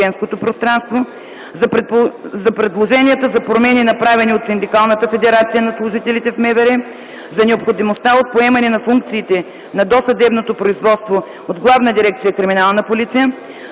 за предложенията за промени, направени от Синдикалната федерация на служителите в МВР, за необходимостта от поемане на функциите на досъдебното производство от Главна дирекция „Криминална полиция”,